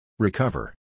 Recover